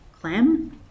clam